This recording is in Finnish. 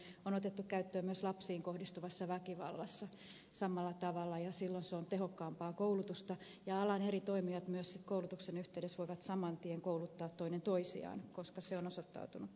räsäsen on otettu käyttöön myös lapsiin kohdistuvassa väkivallassa samalla tavalla ja silloin se on tehokkaampaa koulutusta ja alan eri toimijat myös koulutuksen yhteydessä voivat saman tien kouluttaa toinen toisiaan koska se on osoittautunut tärkeäksi